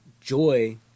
joy